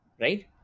right